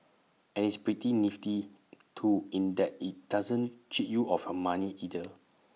and it's pretty nifty too in that IT doesn't cheat you of her money either